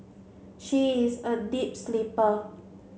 she is a deep sleeper